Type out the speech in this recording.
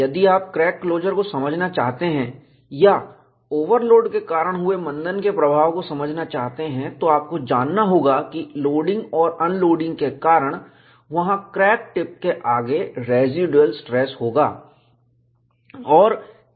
यदि आप crack closure को समझना चाहते हैं या ओवरलोड के कारण हुए मंदन के प्रभाव को समझना चाहते हैं तो आपको जानना होगा कि लोडिंग और अनलोडिंग के कारण वहां क्रैक टिप के आगे रेसीडुएल स्ट्रेस होगा